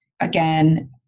again